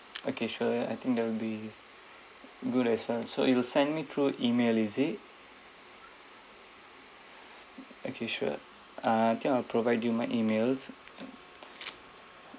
okay sure I think they will be good as well so you will send me through email is it okay sure uh then I'll provide you my email